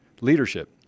leadership